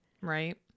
Right